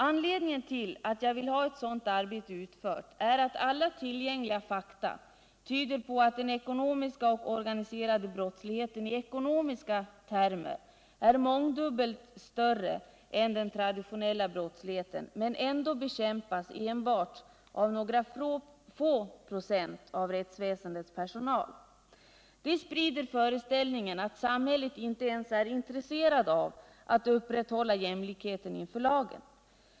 Anledningen till att jag vill ha ett sådant arbete utfört är att alla tillgängliga fakta tyder på att den ekonomiska och organiserade brottsligheten i ekonomiska termer är mångdubbelt större än den traditionella brottsligheten men ändå bekämpas enbart av några få procent av rättsväsendets personal. Det sprider föreställningen att samhället inte ens är intresserat av att upprätthålla jämlikheten inför lagen.